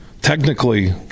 technically